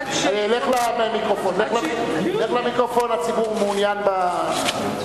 לך למיקרופון, הציבור מעוניין בדיון.